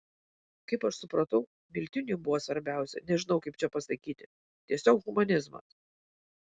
kaip aš supratau miltiniui buvo svarbiausia nežinau kaip čia pasakyti tiesiog humanizmas